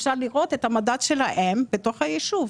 אפשר לראות את המדד שלהם בתוך היישוב.